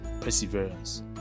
perseverance